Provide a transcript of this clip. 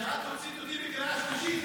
18:24.)